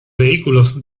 vehículos